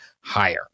higher